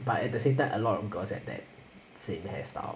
but at the same time a lot of girls have that same hair style